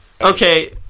Okay